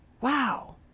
wow